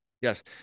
Yes